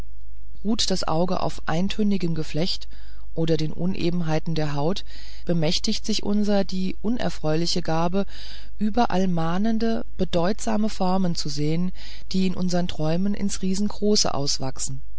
ruht das auge auf eintönigem geflecht oder den unebenheiten der haut bemächtigt sich unser die unerfreuliche gabe überall mahnende bedeutsame formen zu sehen die in unsern träumen ins riesengroße auswachsen